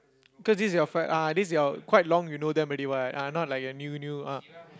cause this is your f~ this is your quite long you know them already what not like your new new ah